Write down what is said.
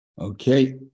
Okay